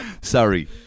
Sorry